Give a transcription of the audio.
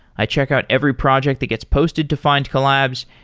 i checked out every project that gets posted to findcollabs,